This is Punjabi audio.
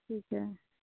ਠੀਕ ਹੈ